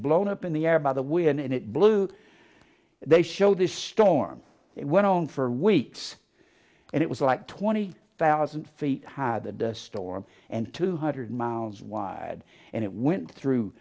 blown up in the air by the wind and it blew they show this storm it went on for weeks and it was like twenty thousand feet had a dust storm and two hundred miles wide and it went through